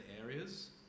areas